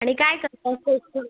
आणि काय करता